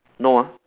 no ah